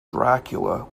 dracula